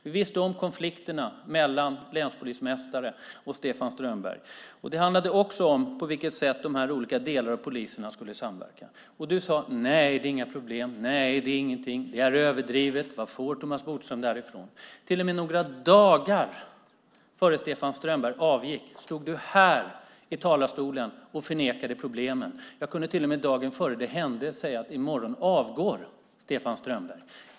Vi visste om konflikterna mellan länspolismästare och Stefan Strömberg. Det handlade också om på vilket sätt de här olika delarna av polisen skulle samverka. Du sade: Nej, det är inga problem. Nej, det är ingenting. Det är överdrivet. Var får Thomas Bodström det här ifrån? Till och med några dagar innan Stefan Strömberg avgick stod du här i talarstolen och förnekade problemen. Jag kunde till och med dagen före det hände säga att i morgon avgår Stefan Strömberg.